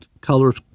colors